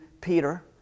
Peter